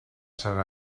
sant